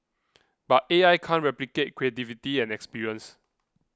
but A I can't replicate creativity and experience